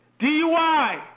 DUI